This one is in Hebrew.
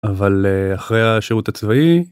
אבל אחרי השירות הצבאי.